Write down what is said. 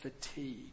fatigue